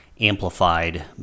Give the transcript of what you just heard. amplified